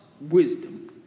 wisdom